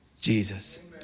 Jesus